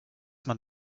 man